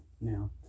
Now